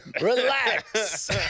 relax